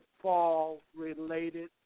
fall-related